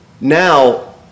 now